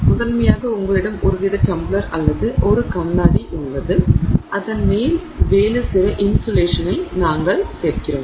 எனவே முதன்மையாக உங்களிடம் ஒருவித டம்ளர் அல்லது ஒரு கண்ணாடி உள்ளது அதன் மேல் வேறு சில இன்சுலேஷனை நாங்கள் சேர்க்கிறோம்